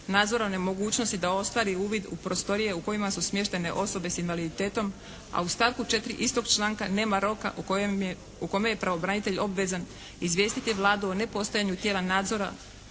nadzora o nemogućnosti da ostvari uvid u prostorije u kojima su smještene osobe s invaliditetom. A u stavku 4. istog članka nema roka u kome je pravobranitelj obvezan izvijestiti Vladu o nepostojanju tijela nadzora,